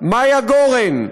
מיה גורן,